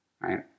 right